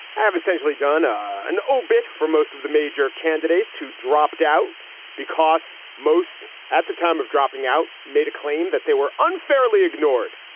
have essentially done ah an obit for most of the major candidates who dropped out because most at the time of dropping out made a claim that they were unfairly ignored.